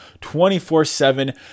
24/7